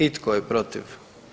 I tko je protiv?